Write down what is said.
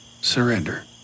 surrender